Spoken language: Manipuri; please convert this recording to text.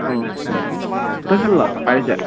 ꯁꯤ ꯇꯣꯏꯁꯟꯂꯥ ꯄꯥꯏꯔꯛꯏꯁꯦ